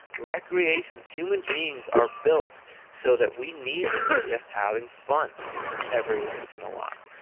recreations. human beings are built so that we need to be just having fun every once in a while.